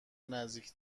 نزدیک